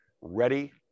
ready